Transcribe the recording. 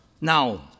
Now